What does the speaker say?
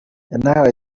yanahawe